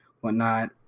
whatnot